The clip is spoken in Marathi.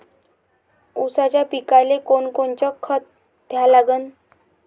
ऊसाच्या पिकाले कोनकोनचं खत द्या लागन?